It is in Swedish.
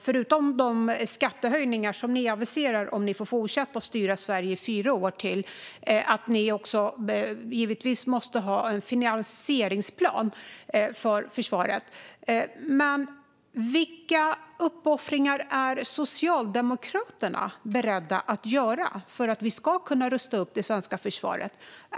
Förutom de skattehöjningar som ni avser att genomföra om ni får fortsätta att styra Sverige i fyra år till måste ni givetvis ha en finansieringsplan för försvaret. Vilka uppoffringar är Socialdemokraterna beredda att göra för att vi ska kunna rusta upp det svenska försvaret?